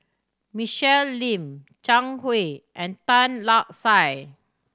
Michelle Lim Zhang Hui and Tan Lark Sye